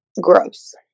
Gross